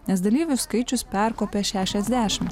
nes dalyvių skaičius perkopė šešiasdešimt